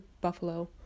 Buffalo